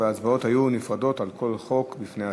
ההצבעות יהיו נפרדות על כל חוק בפני עצמו.